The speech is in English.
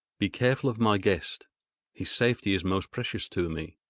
be careful of my guest his safety is most precious to me.